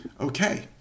Okay